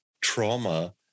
trauma